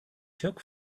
took